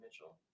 mitchell